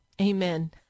Amen